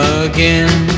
again